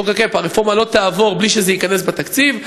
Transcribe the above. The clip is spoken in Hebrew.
הרפורמה לא תעבור בלי שזה ייכנס לתקציב,